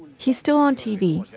he's still on tv.